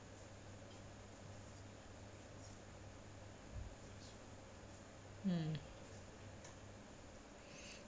mm